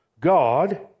God